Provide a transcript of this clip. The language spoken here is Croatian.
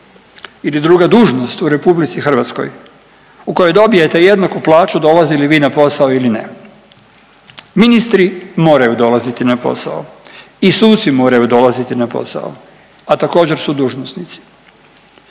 ili druga dužnost u RH u kojoj dobijete jednaku plaću dolazili vi na posao ili ne. Ministri moraju dolaziti na posao i suci moraju dolaziti na posao, a također su dužnosnici.